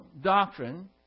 doctrine